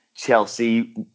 Chelsea